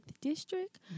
district